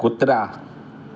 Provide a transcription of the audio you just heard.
कुत्रा